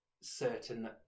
certain